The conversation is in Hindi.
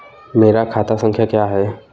मेरा खाता संख्या क्या है?